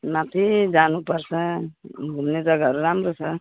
माथि जानुपर्छ घुम्ने जग्गाहरू राम्रो छ